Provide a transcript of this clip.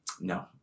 No